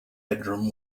bedroom